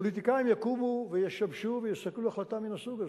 פוליטיקאים יקומו וישבשו ויסכלו החלטה מן סוג הזה.